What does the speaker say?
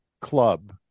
Club